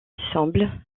semblent